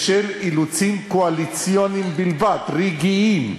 בשל אילוצים קואליציוניים בלבד, רגעיים,